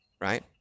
right